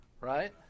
Right